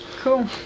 Cool